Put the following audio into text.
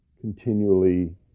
continually